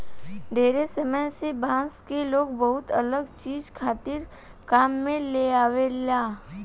ढेरे समय से बांस के लोग बहुते अलग चीज खातिर काम में लेआवेला